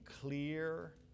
clear